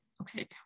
Okay